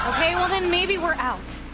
ah okay, well then maybe we're out.